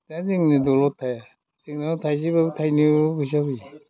दा जोंनो दलद थाया जोङो थाइसेबाबो थाइनैबाबो फैसा फैयो